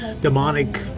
demonic